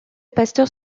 pasteur